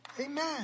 Amen